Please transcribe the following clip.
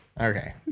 Okay